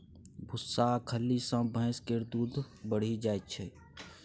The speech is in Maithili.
भुस्सा आ खल्ली सँ भैंस केर दूध बढ़ि जाइ छै